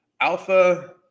alpha